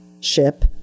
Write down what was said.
ship